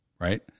right